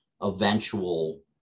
eventual